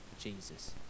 Jesus